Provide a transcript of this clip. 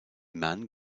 man